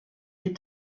die